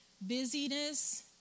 Busyness